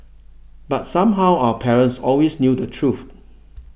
but somehow our parents always knew the truth